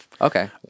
Okay